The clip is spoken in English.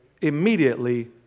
Immediately